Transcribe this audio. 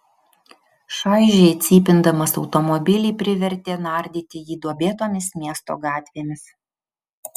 šaižiai cypindamas automobilį privertė nardyti jį duobėtomis miesto gatvėmis